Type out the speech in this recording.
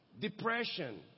depression